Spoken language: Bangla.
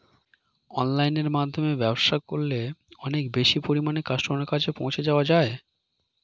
অনলাইনের মাধ্যমে ব্যবসা করলে অনেক বেশি পরিমাণে কাস্টমারের কাছে পৌঁছে যাওয়া যায়?